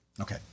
Okay